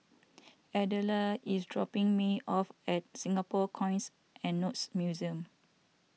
Adella is dropping me off at Singapore Coins and Notes Museum